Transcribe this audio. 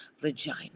vagina